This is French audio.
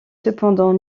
cependant